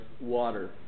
water